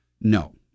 No